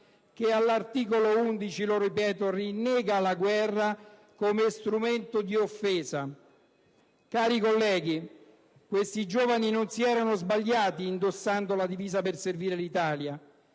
che all'articolo 11 rinnega la guerra come strumento d'offesa. Colleghi, questi giovani non si erano sbagliati indossando la divisa per servire l'Italia,